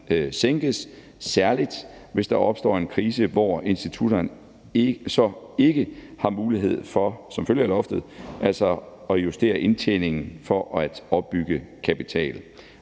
sænkes, særlig hvis der opstår en krise, så institutterne ikke har mulighed for som følge af loftet at justere indtjeningen for at opbygge kapital.